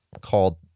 called